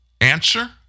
Answer